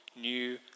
new